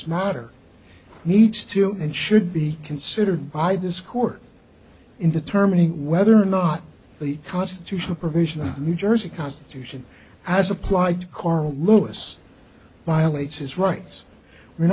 this matter needs to and should be considered by this court in determining whether or not the constitutional provision of new jersey constitution as applied to carl lewis violates his rights we're